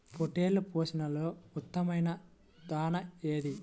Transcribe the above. పొట్టెళ్ల పోషణలో ఉత్తమమైన దాణా ఏది?